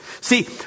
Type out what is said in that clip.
See